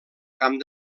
camp